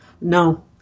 No